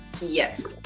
yes